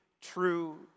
true